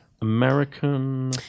American